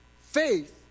faith